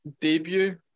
debut